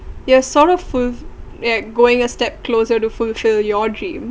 ya sort of ful~ yup going a step closer to fulfill your dream